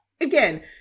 again